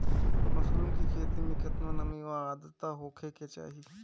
Mushroom की खेती में केतना नमी और आद्रता होखे के चाही?